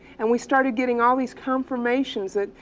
and we started getting all these confirmations that,